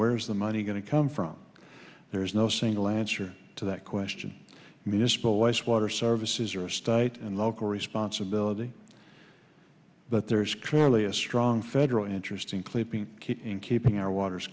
where is the money going to come from there is no single answer to that question municipal waste water services are state and local responsibility but there is clearly a strong federal interest in clipping in keeping our water